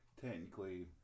technically